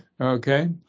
okay